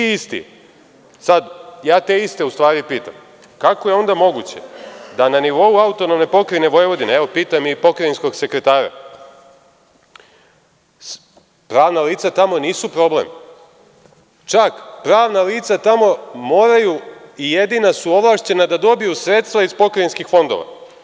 Ja te iste pitam – kako je onda moguće da na nivou AP Vojvodine, evo, pitam i pokrajinskog sekretara, pravna lica tamo nisu problem, čak pravna lica tamo moraju i jedina su ovlašćena da dobiju sredstva iz pokrajinskih fondova.